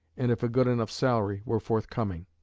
and if a good enough salary were forthcoming.